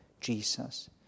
Jesus